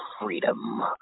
freedom